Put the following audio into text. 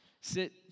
sit